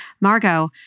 Margot